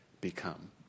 become